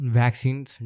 vaccines